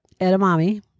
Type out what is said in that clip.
edamame